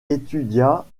étudia